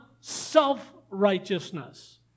self-righteousness